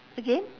again